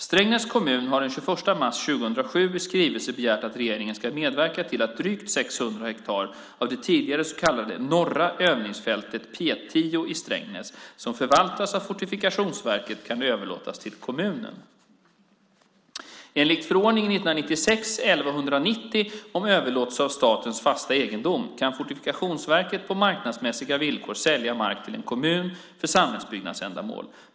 Strängnäs kommun har den 21 mars 2007 i skrivelse begärt att regeringen ska medverka till att drygt 600 hektar av det tidigare så kallade norra övningsfältet, P 10 i Strängnäs som förvaltas av Fortifikationsverket, kan överlåtas till kommunen. Enligt förordningen om överlåtelse av statens fasta egendom, m.m. kan Fortifikationsverket på marknadsmässiga villkor sälja mark till en kommun för samhällsbyggnadsändamål.